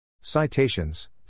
Citations